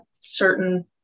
certain